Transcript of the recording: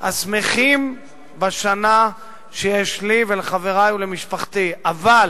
השמחים בשנה שיש לי ולחברי ולמשפחתי, אבל